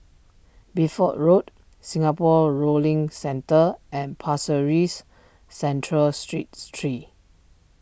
Bideford Road Singapore rolling Centre and Pasir Ris Central Street three